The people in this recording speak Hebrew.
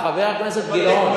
אתה עובר קבוצה, חבר הכנסת גילאון.